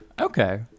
Okay